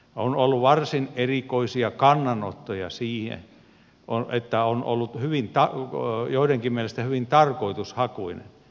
on ollut varsin erikoisia kannanottoja että tämä on ollut joidenkin mielestä hyvin tarkoitushakuinen